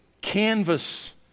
canvas